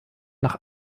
nach